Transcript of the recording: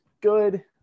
good